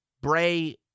Bray